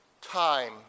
time